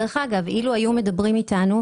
אילו היו מדברים איתנו,